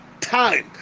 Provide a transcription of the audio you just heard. time